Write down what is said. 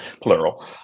plural